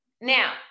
Now